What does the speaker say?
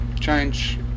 change